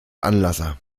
anlasser